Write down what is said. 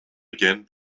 again